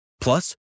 Plus